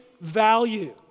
value